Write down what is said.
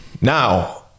Now